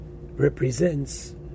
represents